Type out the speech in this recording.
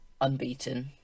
unbeaten